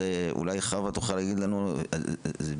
אז אולי חווה תוכל להגיד לנו מבחינתכם,